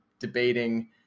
debating